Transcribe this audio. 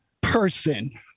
person